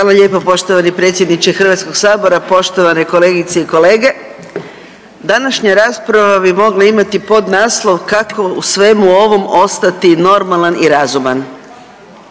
Hvala lijepo poštovani predsjedniče HS-a, poštovane kolegice i kolege. Današnja rasprava bi mogla imati podnaslov kako u svemu ovom ostati normalan i razuman.